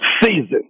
season